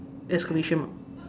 exclamation mark